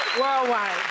worldwide